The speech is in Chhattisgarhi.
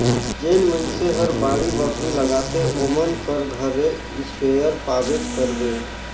जेन मइनसे हर बाड़ी बखरी लगाथे ओमन कर घरे इस्पेयर पाबेच करबे